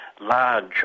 Large